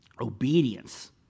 Obedience